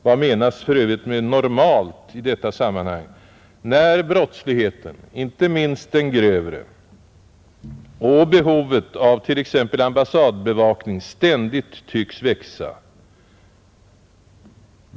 Vad menas för övrigt med ”normalt” i detta sammanhang, när brottsligheten, inte minst den grövre, och behovet av t.ex. ambassadbevakning ständigt tycks växa?